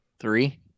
Three